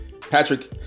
Patrick